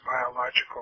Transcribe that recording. biological